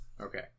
Okay